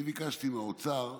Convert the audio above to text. אני ביקשתי מהאוצר,